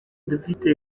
dufite